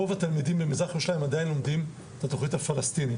רוב התלמידים במזרח ירושלים עדיין לומדים בתכנית הפלסטינית.